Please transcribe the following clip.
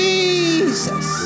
Jesus